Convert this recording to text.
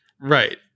right